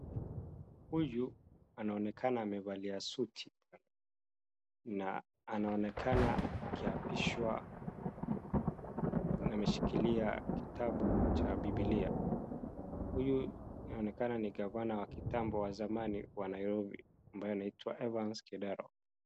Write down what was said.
Huyu anaonekana amevalia suti na anaonekana akiapishwa na ameshikilia kitabu cha bibilia. Huyu anaonekana ni gavana wa kitambo wa zamani wa Nairobi, ambaye anaitwa Evans Kidero